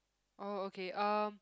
oh okay um